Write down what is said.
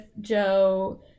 Joe